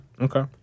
Okay